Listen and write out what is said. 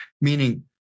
meaning